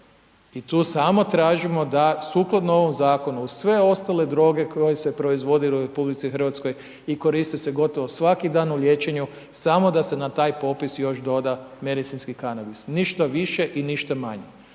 I tu samo tražimo da sukladno ovom Zakonu, uz sve ostale droge koje se proizvode u Republici Hrvatskoj i koriste se gotovo svaki dan u liječenju, samo da se na taj popis još doda medicinski kanabis. Ništa više i ništa manje.